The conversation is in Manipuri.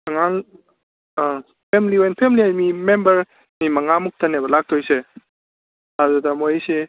ꯑꯉꯥꯡ ꯑꯥ ꯐꯦꯃꯤꯂꯤ ꯑꯣꯏꯅ ꯐꯦꯃꯤꯂꯤ ꯍꯥꯏꯁꯤ ꯃꯤ ꯃꯦꯝꯕꯔ ꯃꯤ ꯃꯉꯥ ꯃꯨꯛꯇꯅꯦꯕ ꯂꯥꯛꯇꯣꯏꯁꯦ ꯑꯗꯨꯗ ꯃꯣꯏꯁꯤ